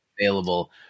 available